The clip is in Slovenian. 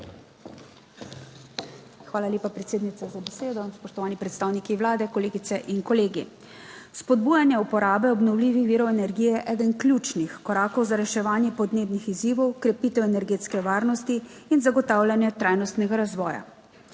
Hvala lepa, predsednica, za besedo. Spoštovani predstavniki Vlade, kolegice in kolegi! Spodbujanje uporabe obnovljivih virov energije je eden ključnih korakov za reševanje podnebnih izzivov, krepitev energetske varnosti in zagotavljanje trajnostnega razvoja.